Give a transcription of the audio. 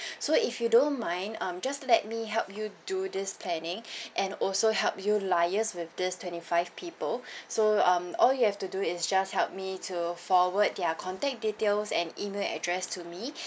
so if you don't mind um just let me help you do this planning and also help you liaise with this twenty five people so um all you have to do is just help me to forward their contact details and email address to me